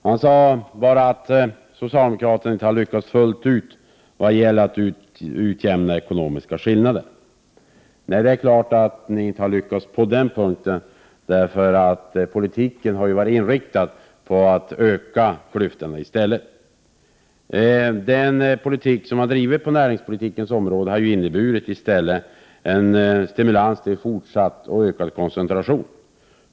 Han sade bara att socialdemokraterna inte har lyckats fullt ut att utjämna ekonomiska skillnader. Nej, det är klart att ni inte har lyckats på den punkten. Er politik har ju i stället varit inriktad på att öka klyftorna. Den näringspolitik som har drivits har i stället inneburit en stimulans till fortsatt och ökad koncentration.